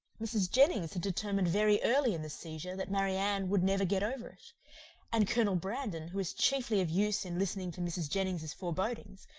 mrs. jennings had determined very early in the seizure that marianne would never get over and colonel brandon, who was chiefly of use in listening to mrs. jennings's forebodings,